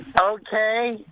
Okay